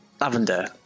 Lavender